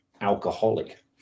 alcoholic